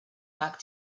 back